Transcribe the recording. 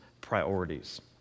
priorities